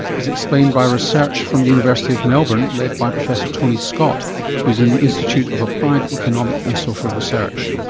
is explained by research from the university of melbourne, led by professor tony scott who's in the institute of applied economic and social research.